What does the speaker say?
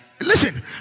listen